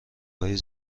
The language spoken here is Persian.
های